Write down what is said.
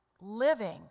living